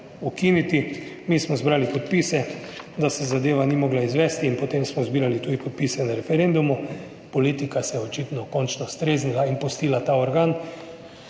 ukiniti. Mi smo zbrali podpise, da se zadeva ni mogla izvesti in potem smo zbirali tudi podpise na referendumu. Politika se je očitno končno streznila in pustila ta organ,